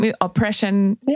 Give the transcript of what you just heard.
oppression